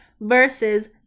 versus